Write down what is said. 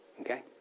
Okay